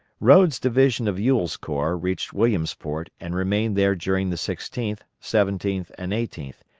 rodes' division of ewell's corps reached williamsport and remained there during the sixteenth, seventeenth, and eighteenth,